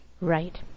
Right